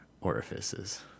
orifices